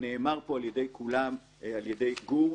נאמר פה על ידי כולם, על ידי גור.